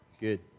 Good